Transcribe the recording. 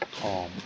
calm